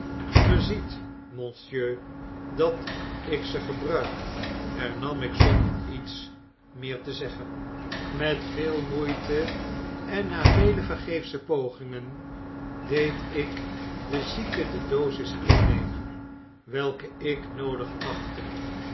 ziet monsieur dat ik ze gebruik hernam ik zonder iets meer te zeggen met vele moeite en na vele vergeefsche pogingen deed ik de zieke de dosis innemen welke ik noodig achtte